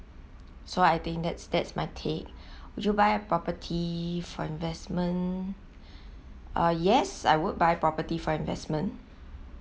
so I think that's that's my take would you buy a property for investment uh yes I would buy property for investment